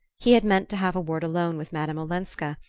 he had meant to have a word alone with madame olenska,